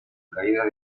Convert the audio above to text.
caída